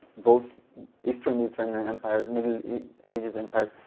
both eastern mediterranean empires, middle ages empires,